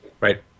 right